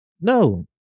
No